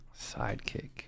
sidekick